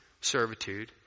Servitude